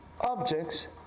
objects